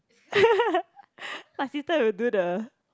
my sister will do the